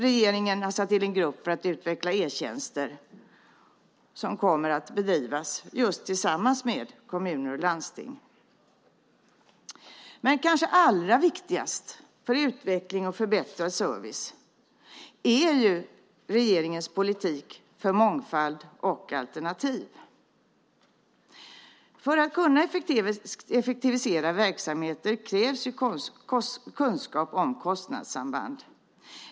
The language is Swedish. Regeringen har tillsatt en grupp för att utveckla e-tjänster, och arbetet kommer att bedrivas just tillsammans med kommuner och landsting. Men kanske allra viktigast för utveckling och förbättrad service är regeringens politik för mångfald och alternativ. För att kunna effektivisera verksamheter krävs kunskap om kostnadssamband.